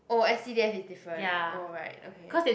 oh s_c_d_c is different oh right okay